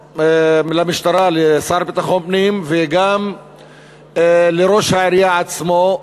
למשטרה, לשר לביטחון פנים, וגם לראש העירייה עצמו,